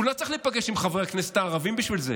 הוא לא צריך להיפגש עם חברי הכנסת הערבים בשביל זה,